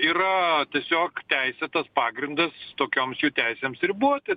yra tiesiog teisėtas pagrindas tokioms jų teisėms riboti